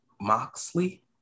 Moxley